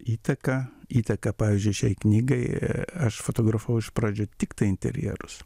įtaką įtaką pavyzdžiui šiai knygai aš fotografavau iš pradžių tiktai interjerus